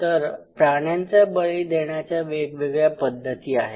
तर प्राण्यांचा बळी देण्याच्या वेगवेगळ्या पद्धती आहेत